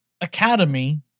academy